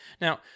Now